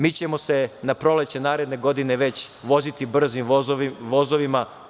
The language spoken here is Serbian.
Mi ćemo se na proleće naredne godine već voziti brzim vozovima.